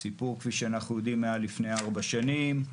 הסיפור, כפי שאנחנו יודעים, היה לפני 4 שנים.